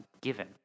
given